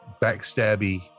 backstabby